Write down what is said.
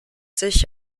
sich